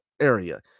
Area